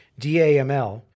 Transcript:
DAML